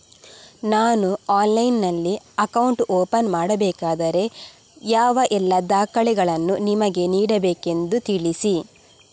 ನಾನು ಆನ್ಲೈನ್ನಲ್ಲಿ account open ಮಾಡಬೇಕಾದರೆ ಯಾವ ಎಲ್ಲ ದಾಖಲೆಗಳನ್ನು ನಿಮಗೆ ನೀಡಬೇಕೆಂದು ತಿಳಿಸಿ?